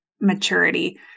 maturity